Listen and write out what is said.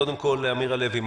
קודם כול מאמיר הלוי,